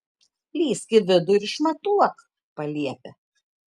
lįsk į vidų ir išmatuok paliepia